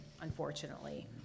unfortunately